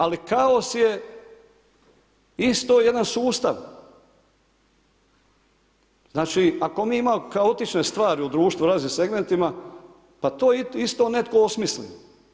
Ali kaos je isto jedan sustav, znači ako mi imamo kaotične stvari u društvu u različitim segmentima pa to je isto netko osmislio.